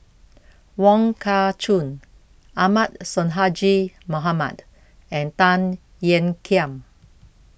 Wong Kah Chun Ahmad Sonhadji Mohamad and Tan Ean Kiam